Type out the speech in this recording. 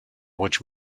which